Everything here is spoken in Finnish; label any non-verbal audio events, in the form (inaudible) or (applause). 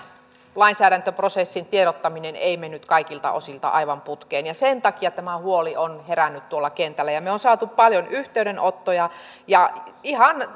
lainsäädäntöprosessin tiedottaminen ei mennyt kaikilta osiltaan aivan putkeen ja sen takia tämä huoli on herännyt tuolla kentällä me olemme saaneet paljon yhteydenottoja ja ihan (unintelligible)